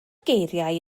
geiriau